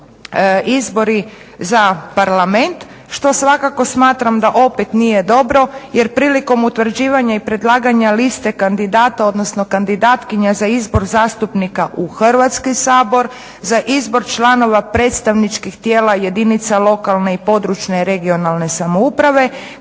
izbori za parlament što svakako smatram da opet nije dobro jer prilikom utvrđivanja i predlaganja liste kandidata, odnosno kandidatkinja za izbor zastupnika u Hrvatski sabor, za izbor članova predstavničkih tijela jedinica lokalne i područne (regionalne) samouprave,